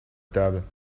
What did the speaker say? table